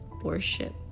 worship